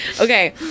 Okay